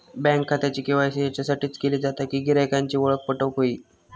bank खात्याचे KYC याच्यासाठीच केले जाता कि गिरायकांची ओळख पटोक व्हयी